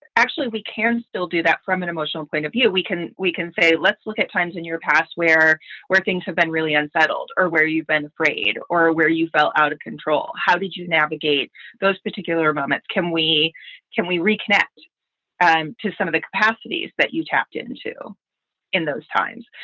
actually we can still do that from an emotional point of view. we can we can say, let's look at times in your past where where things have been really unsettled or where you've been afraid or where you felt out of control. how did you navigate those particular moments? can we can we reconnect to some of the capacities that you've tapped into in those times?